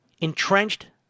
entrenched